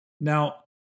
Now